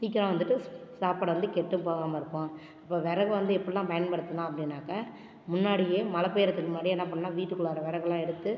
சீக்கிரம் வந்துட்டு சாப்பாடு வந்து கெட்டும் போகாமல் இருக்கும் இப்போ விறகு வந்து எப்படிலாம் பயன்படுத்தணும் அப்படின்னாக்கா முன்னாடியே மழை பெய்கிறதுக்கு முன்னாடியே என்ன பண்ணுன்னா வீட்டுக்குள்ளாற விறகுலாம் எடுத்து